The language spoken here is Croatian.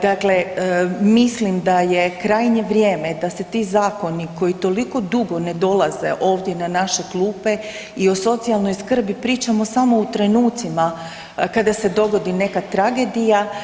Dakle, mislim da je krajnje vrijeme da se ti zakoni koji toliko dugo ne dolaze ovdje na naše klupe i o socijalnoj skrbi pričamo samo u trenucima kada se dogodi neka tragedija.